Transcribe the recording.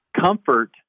comfort